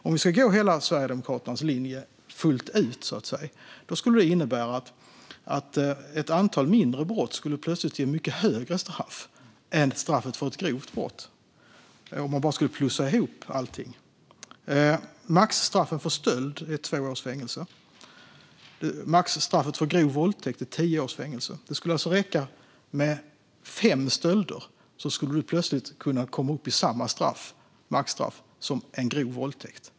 Om vi skulle gå på Sverigedemokraternas linje fullt ut skulle det innebära att ett antal mindre brott plötsligt skulle ge mycket högre straff än straffet för ett grovt brott om man bara skulle plussa ihop allting. Maxstraffet för stöld är två års fängelse. Maxstraffet för grov våldtäkt är tio års fängelse. Det skulle alltså räcka med fem stölder för att plötsligt kunna komma upp i samma maxstraff som för en grov våldtäkt.